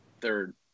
Third